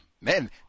Man